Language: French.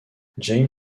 james